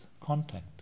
contact